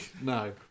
no